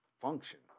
function